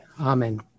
Amen